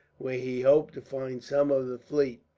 where he hoped to find some of the fleet.